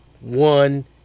one